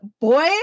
boy